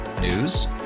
News